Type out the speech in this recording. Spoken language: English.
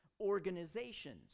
organizations